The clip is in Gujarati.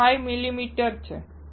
5 મિલીમીટર છે